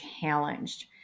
challenged